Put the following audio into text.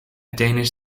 danish